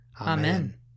Amen